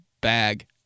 bag